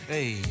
Hey